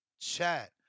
chat